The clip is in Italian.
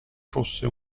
fosse